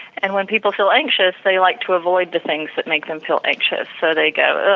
and, when people feel anxious, they like to avoid the things that make them feel anxious, so they go,